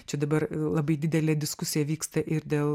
čia dabar labai didelė diskusija vyksta ir dėl